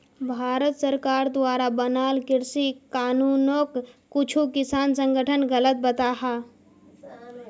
भारत सरकार द्वारा बनाल कृषि कानूनोक कुछु किसान संघठन गलत बताहा